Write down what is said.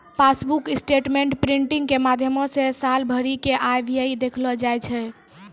passbook statement printing के माध्यमो से साल भरि के आय व्यय के देखलो जाय छै